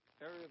area